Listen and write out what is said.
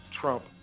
Trump